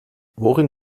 worin